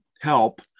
help